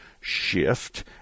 shift